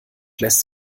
lässt